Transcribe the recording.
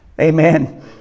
Amen